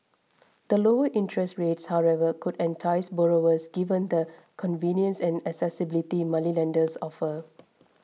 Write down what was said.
the lower interests rates however could entice borrowers given the convenience and accessibility moneylenders offer